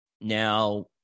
Now